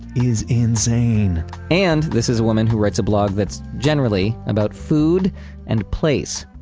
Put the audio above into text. is insane and this is a woman who writes a blog that's generally about food and place.